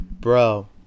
Bro